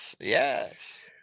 Yes